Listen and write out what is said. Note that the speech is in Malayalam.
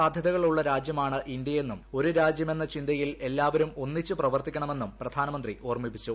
സാധ്യതകളുള്ള രാജ്യമാണ് ഇന്ത്യയെന്നും ഒരു രാജ്യമെന്ന ചിന്തയിൽ എല്ലാവരും ഒന്നിച്ച് പ്രവർത്തിക്കണമെന്നും പ്രധാനമന്ത്രി ഓർമ്മിപ്പിച്ചു